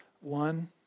One